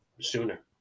sooner